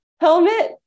helmet